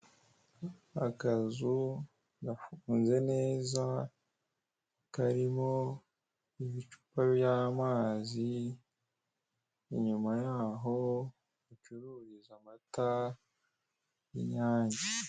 Akazu gafunze neza, karimo ibicupa by'amazi, inyuma ya ho bacururiza amata y'inyange.